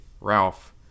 Ralph